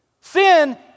Sin